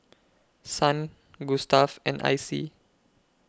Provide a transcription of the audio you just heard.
Kasen Gustav and Icy